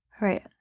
Right